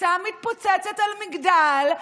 הפצצה מתפוצצת על מגדל,